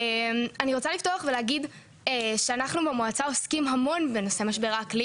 אנחנו במועצה עוסקים המון במשבר האקלים